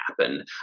happen